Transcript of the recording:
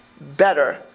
better